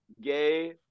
gay